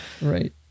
Right